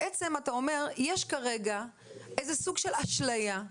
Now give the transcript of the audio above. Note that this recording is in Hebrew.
אתה אומר שיש כרגע איזה סוג של אשליה,